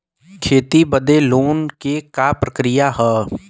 खेती बदे लोन के का प्रक्रिया ह?